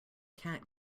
cat